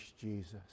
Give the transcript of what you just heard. jesus